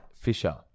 Fisher